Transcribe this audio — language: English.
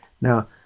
Now